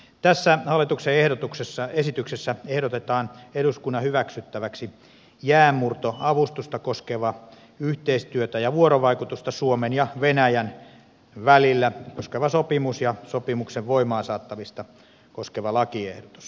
tässä hallituksen esityksessä ehdotetaan eduskunnan hyväksyttäväksi jäänmurtoavustusta koskevaa yhteistyötä ja vuorovaikutusta suomen ja venäjän välillä koskeva sopimus ja sopimuksen voimaan saattamista koskeva lakiehdotus